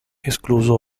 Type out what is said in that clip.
escluso